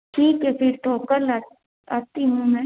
ठीक है फिर तो कल आती हूँ मैं